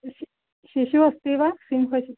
शिशुः शिशुः अस्ति वा सिंहशिशुः